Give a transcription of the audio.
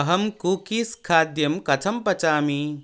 अहं कुकीस् खाद्यं कथं पचामि